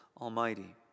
Almighty